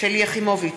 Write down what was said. שלי יחימוביץ,